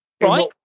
Right